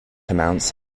amounts